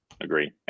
Agree